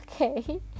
okay